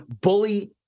bully